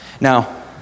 Now